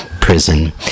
prison